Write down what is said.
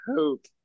hope